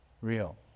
real